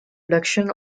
reduction